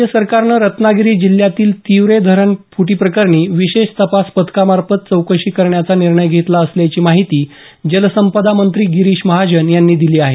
राज्य सरकारनं रत्नागिरी जिल्ह्यातील तिवरे धरण फूटी प्रकरणी विशेष तपास पथकामार्फत चौकशी करण्याचा निर्णय घेतला असल्याची माहिती जलसंपदा मंत्री गिरीश महाजन यांनी दिली आहे